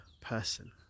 person